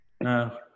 No